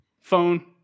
phone